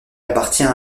appartient